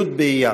י' באייר.